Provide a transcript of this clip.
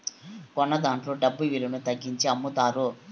కొన్నదాంట్లో డబ్బు విలువను తగ్గించి అమ్ముతారు